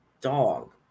dog